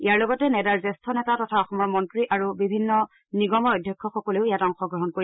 ইয়াৰ লগতে নেডাৰ জ্যেষ্ঠ নেতা তথা অসমৰ মন্ত্ৰী আৰু বিভিন্ন নিগমৰ অধ্যক্ষসকলেও ইয়াত অংশগ্ৰহণ কৰিব